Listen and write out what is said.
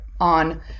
on